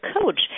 coach